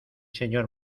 señor